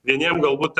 vieniem galbūt